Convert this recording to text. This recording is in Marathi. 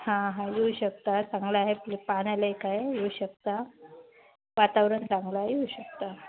हां हां येऊ शकता चांगला आहे प्ले पाहण्यालायक आहे येऊ शकता वातावरण चांगला आहे येऊ शकता